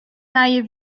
nije